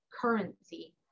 currency